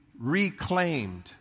reclaimed